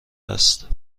است